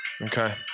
Okay